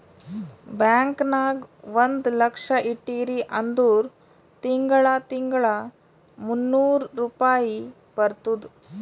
bank ನಾಗ್ ಒಂದ್ ಲಕ್ಷ ಇಟ್ಟಿರಿ ಅಂದುರ್ ತಿಂಗಳಾ ತಿಂಗಳಾ ಮೂನ್ನೂರ್ ರುಪಾಯಿ ಬರ್ತುದ್